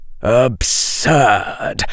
absurd